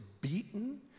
beaten